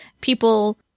people